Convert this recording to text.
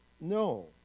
No